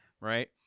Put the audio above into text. right